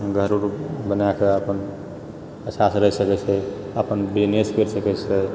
घर उर बनाए कऽ अपन अच्छासँ रहि सकैत छै अपन बिजनेस करि सकैत छै